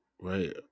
right